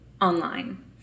online